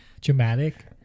dramatic